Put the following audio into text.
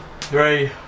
Three